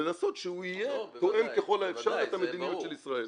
לנסות שהוא יהיה תואם ככל האפשר את המדיניות של ישראל.